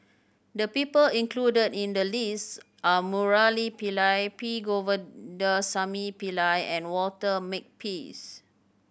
the people included in the list are Murali Pillai P Govindasamy Pillai and Walter Makepeace